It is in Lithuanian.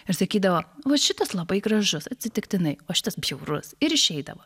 ir sakydavo va šitas labai gražus atsitiktinai o šitas bjaurus ir išeidavo